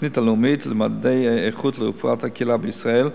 התוכנית הלאומית למדדי איכות לרפואת הקהילה בישראל,